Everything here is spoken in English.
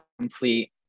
complete